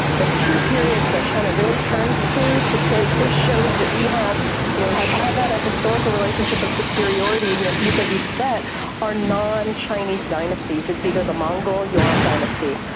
the two periods that china really turns to say this shows that we have you know had have had a historical relationship of superiority you know vis-a-vis tibet are non-chinese dynasties. it's either the mongol yuan dynasty,